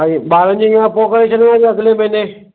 हा इअं ॿारनि जी इनखां पोइ करे छॾियो या अॻिले महीने